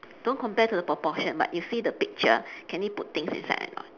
don't compare to the proportion but you see the picture can you put things inside or not